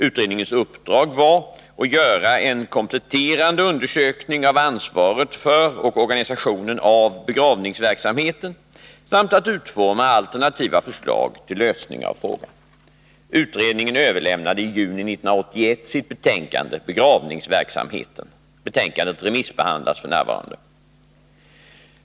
Utredningens uppdrag var att göra en kompletterande undersökning av ansvaret för och organisationen av begravningsverksamheten samt att utforma alternativa förslag till lösning av frågan. Utredningen överlämnade i juni 1981 sitt betänkande Begravningsverksamheten . Betänkandet remissbehandlas f. n.